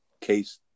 case